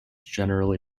generally